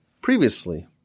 Previously